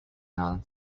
non